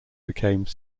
became